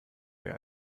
wer